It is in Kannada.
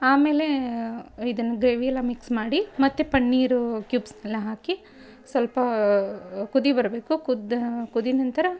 ಆಮೇಲೇ ಇದನ್ನು ಗ್ರೇವಿ ಎಲ್ಲ ಮಿಕ್ಸ್ ಮಾಡಿ ಮತ್ತು ಪನ್ನೀರೂ ಕ್ಯೂಬ್ಸನೆಲ್ಲ ಹಾಕಿ ಸ್ವಲ್ಪಾ ಕುದಿ ಬರಬೇಕು ಕುದ್ದು ಕುದ್ದ ನಂತರ